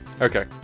Okay